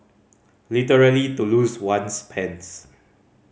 literally to lose one's pants